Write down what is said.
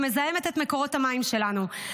שמזהמת את מקורות המים שלנו.